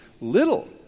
little